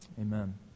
Amen